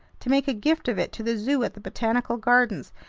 to make a gift of it to the zoo at the botanical gardens,